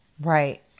Right